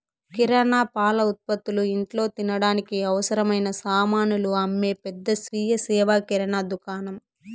కిరణా, పాల ఉత్పతులు, ఇంట్లో తినడానికి అవసరమైన సామానులు అమ్మే పెద్ద స్వీయ సేవ కిరణా దుకాణం